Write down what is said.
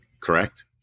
correct